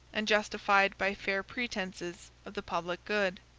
and justified by fair pretences of the public good.